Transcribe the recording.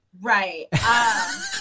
right